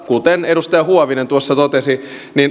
kuten edustaja huovinen tuossa totesi